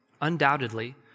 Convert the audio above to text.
undoubtedly